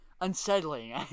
unsettling